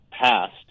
passed